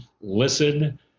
Listen